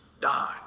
die